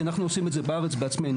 כי אנחנו עושים את זה בארץ בעצמנו.